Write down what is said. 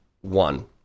one